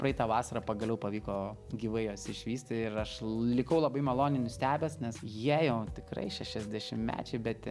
praeitą vasarą pagaliau pavyko gyvai juos išvysti ir aš likau labai maloniai nustebęs nes jie jau tikrai šešiadešimečiai bet